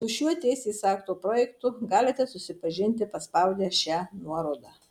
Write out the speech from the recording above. su šiuo teisės akto projektu galite susipažinti paspaudę šią nuorodą